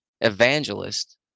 evangelist